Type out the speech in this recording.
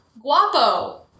Guapo